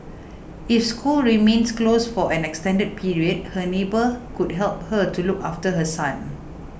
if schools remains closed for an extended period her neighbour could help her to look after her son